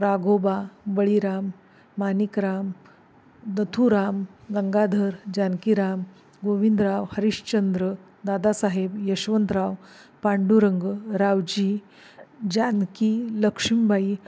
Raghoba Baliram Manikram Nathuram Gangadhar Jankiram Govindrao Harishchandra Dadasaheb Yashwantrao Pandurang Raoji Janaki Lakshmibai